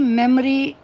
memory